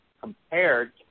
compared